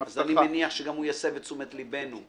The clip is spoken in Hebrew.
-- אז אני מניח שגם הוא יסב את תשומת ליבנו.